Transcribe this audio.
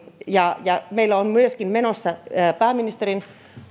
ja vähimmäispäivärahoihin ja meillä on myöskin menossa pääministerin